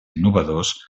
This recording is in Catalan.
innovadors